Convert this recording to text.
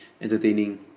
Entertaining